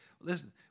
Listen